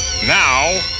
Now